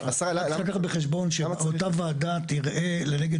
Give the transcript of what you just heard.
צריך לקחת בחשבון שאותה ועדה תראה לנגד